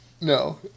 No